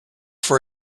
for